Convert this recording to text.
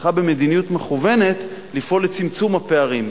צריכה לפעול במדיניות מכוונת לצמצום הפערים,